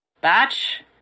Batch